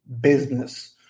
business